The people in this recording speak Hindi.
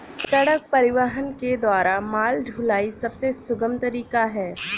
सड़क परिवहन के द्वारा माल ढुलाई सबसे सुगम तरीका है